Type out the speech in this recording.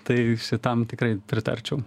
tai šitam tikrai pritarčiau